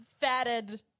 fatted